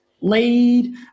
laid